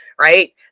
right